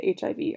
HIV